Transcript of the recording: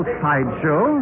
sideshow